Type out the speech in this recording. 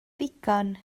ddigon